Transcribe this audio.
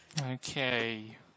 Okay